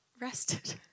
rested